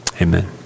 Amen